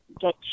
get